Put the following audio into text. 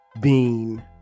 Bean